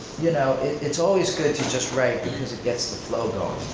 you know it's always good to just write, because it gets the flow going.